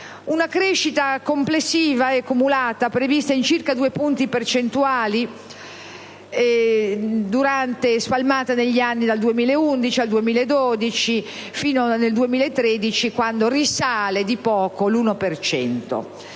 una crescita complessiva e cumulata, prevista in circa 2 punti percentuali, spalmata negli anni dal 2011 al 2012 fino al 2013, quando risale di poco, all'1